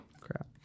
Crap